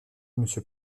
monsieur